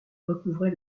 recouvrait